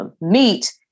meet